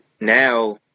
now